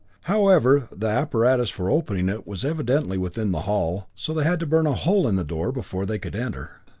however, the apparatus for opening it was evidently within the hull, so they had to burn a hole in the door before they could enter.